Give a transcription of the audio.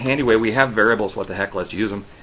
and way. we have variables. what the heck, let's use them.